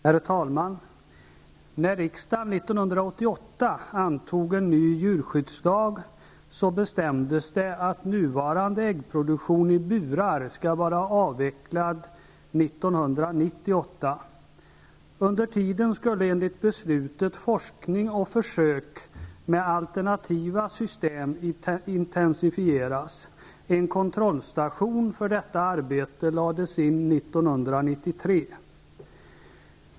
Herr talman! När riksdagen år 1988 antog en ny djurskyddslag bestämdes det att nuvarande äggproduktion i burar skall vara avvecklad år 1998. Under tiden skulle enligt beslutet forskning och försök med alternativa system intensifieras. En kontrollstation för detta arbete lades in 1993.